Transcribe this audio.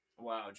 Wow